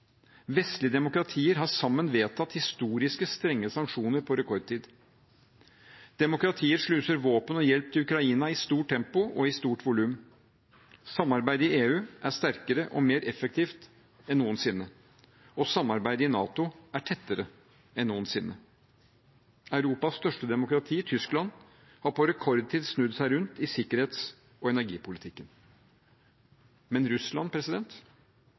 Vestlige demokratier har sammen vedtatt historisk strenge sanksjoner på rekordtid. Demokratier sluser våpen og hjelp til Ukraina i stort tempo og i stort volum. Samarbeidet i EU er sterkere og mer effektivt enn noensinne, og samarbeidet i NATO er tettere enn noensinne. Europas største demokrati, Tyskland, har på rekordtid snudd seg rundt i sikkerhets- og energipolitikken. Men Russland